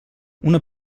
una